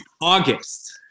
August